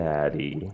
Daddy